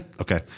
Okay